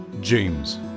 James